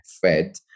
fed